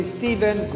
Stephen